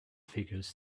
figures